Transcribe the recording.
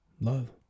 Love